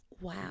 wow